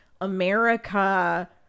America